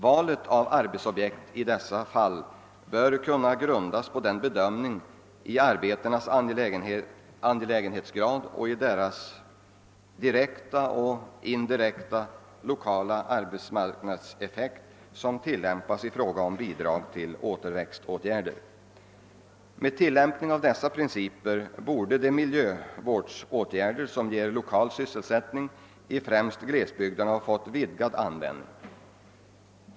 Valet av arbetsobjekt bör i dessa fall kunna grundas på den bedömning av arbetenas angelägenhetsgrad och deras direkta och indirekta lokala arbetsmarknadseffekt som görs i fråga om bidrag till återväxtåtgärder. Med tillämpning av dessa principer borde de miljövårdsåtgärder som ger lokal sysselsättning främst i glesbygderna ha fått vidgad användning.